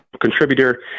contributor